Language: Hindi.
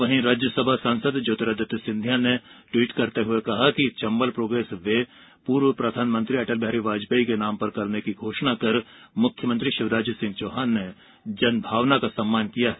वहीं राज्यसभा सांसद ज्योतिरादित्य सिंधिया ने ट्वीट करते हुए कहा कि चंबल प्रोग्रेस वे पूर्व प्रधानमंत्री अटल बिहारी वाजपेई के नाम पर करने की घोषणा कर मुख्यमंत्री शिवराज सिंह चौहान ने जनभावना का सम्मान किया है